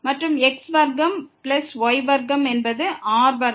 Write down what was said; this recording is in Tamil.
மற்றும் x வர்க்கம் பிளஸ் y வர்க்கம் என்பது r வர்க்கம்